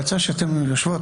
העצה כשאתם יושבים,